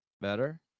Better